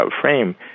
frame